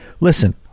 listen